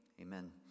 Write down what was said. amen